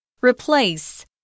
Replace